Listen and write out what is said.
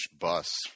bus